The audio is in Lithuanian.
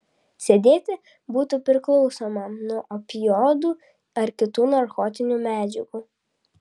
sėdėti būti priklausomam nuo opioidų ar kitų narkotinių medžiagų